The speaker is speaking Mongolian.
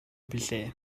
билээ